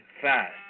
fast